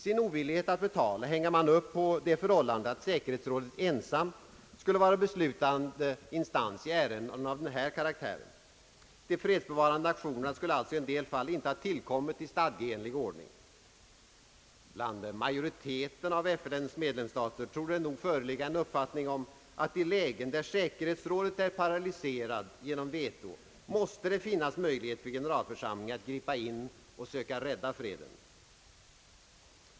Sin ovillighet att betala hänger man upp på det förhållandet att säkerhetsrådet ensamt skulle vara beslutande instans i ärenden av den här karaktären. De fredsbevarande aktionerna skulle alltså i en del fall inte ha tillkommit i stadgeenlig ordning. Bland majoriteten av FN:s medlemsstater torde det nog föreligga en uppfattning om att i lägen där säkerhetsrådet är paralyserat genom veto måste det finnas möjlighet för generalförsamlingen att gripa in och söka rädda freden.